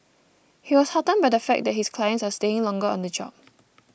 he was heartened by the fact that his clients are staying longer on the job